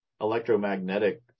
electromagnetic